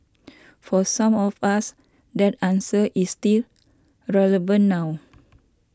for some of us that answer is still relevant now